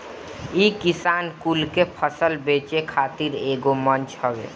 इ किसान कुल के फसल बेचे खातिर एगो मंच हवे